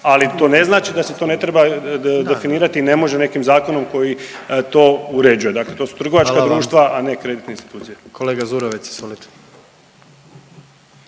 Ali to ne znači da se to ne treba definirati i ne može nekim zakonom koji to uređuje. Dakle, to su trgovačka društva, a ne kreditne institucije. **Jandroković,